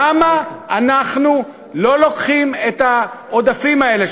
למה אנחנו לא לוקחים את העודפים האלה,